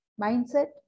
mindset